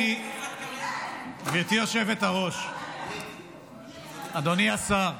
גברתי היושבת-ראש, אדוני השר,